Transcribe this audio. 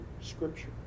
scripture